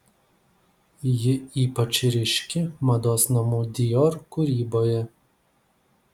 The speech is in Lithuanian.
ji ypač ryški mados namų dior kūryboje